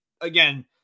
Again